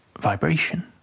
vibration